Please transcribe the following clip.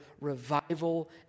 revival